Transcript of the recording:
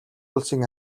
улсын